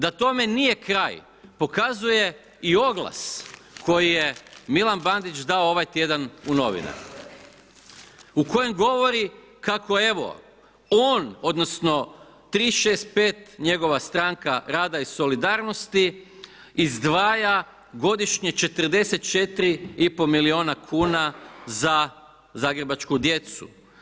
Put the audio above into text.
Da tome nije kraj pokazuje i oglas koji je Milan Bandić dao ovaj tjedan u novine u kojem govori kako evo on, odnosno 365 njegova Stranka rada i solidarnosti izdvaja godišnje 44 i pol milijuna kuna za zagrebačku djecu.